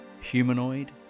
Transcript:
Humanoid